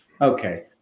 Okay